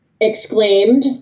exclaimed